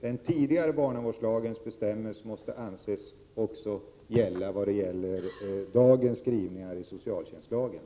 Den tidigare barnavårdslagens bestämmelser måste således också anses gälla i den nuvarande socialtjänstlagen.